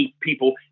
people